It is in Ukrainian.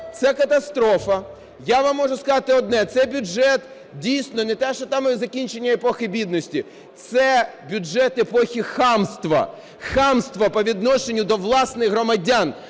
це катастрофа. Я вам можу сказати одне – це бюджет, дійсно, не те, що там закінчення епохи бідності, це бюджет епохи хамства, хамства по відношенню до власних громадян